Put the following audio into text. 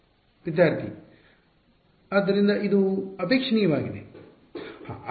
ವಿದ್ಯಾರ್ಥಿ ಆದ್ದರಿಂದ ಇದು ಅಪೇಕ್ಷಣೀಯವಾಗಿದೆ